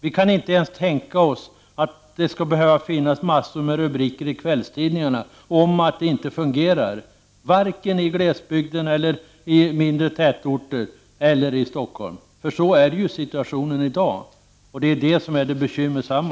Vi kan inte ens tänka oss att det skulle behöva vara massor av rubriker i kvällstidningarna om att sjukvården inte fungerar, vare sig i glesbygden, i mindre tätorter eller i Stockholm. Sådan är situationen i dag, och det är bekymmersamt.